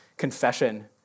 confession